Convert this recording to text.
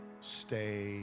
Stay